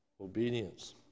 Obedience